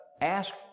ask